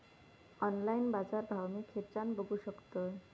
Online बाजारभाव मी खेच्यान बघू शकतय?